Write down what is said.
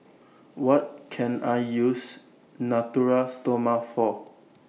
What Can I use Natura Stoma For